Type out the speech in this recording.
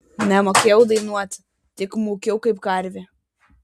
nemokėjau dainuoti tik mūkiau kaip karvė